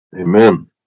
Amen